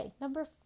number